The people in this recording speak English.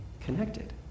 connected